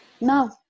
No